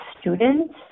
students